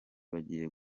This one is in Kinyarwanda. bagiye